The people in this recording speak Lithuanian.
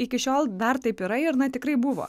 iki šiol dar taip yra ir na tikrai buvo